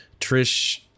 Trish